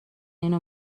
اینو